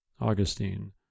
Augustine